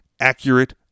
accurate